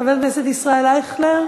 חבר הכנסת ישראל אייכלר,